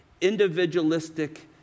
individualistic